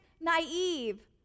naive